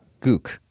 Gook